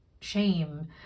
Shame